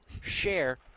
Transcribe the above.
share